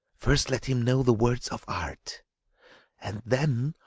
first let him know the words of art and then,